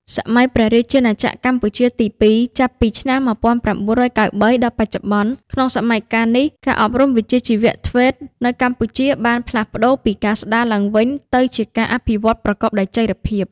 សម័យព្រះរាជាណាចក្រកម្ពុជាទី២ ចាប់ពីឆ្នាំ ១៩៩៣ ដល់បច្ចុប្បន្ន ក្នុងសម័យកាលនេះ ការអប់រំវិជ្ជាជីវៈ ធ្វេត (TVET) នៅកម្ពុជាបានផ្លាស់ប្ដូរពីការស្តារឡើងវិញទៅជាការអភិវឌ្ឍប្រកបដោយចីរភាព។